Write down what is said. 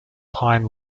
pine